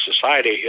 society